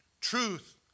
Truth